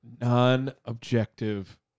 non-objective